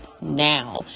now